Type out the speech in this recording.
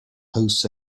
hosts